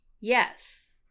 Yes